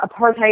apartheid